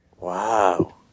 Wow